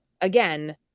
again